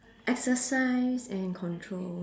exercise and control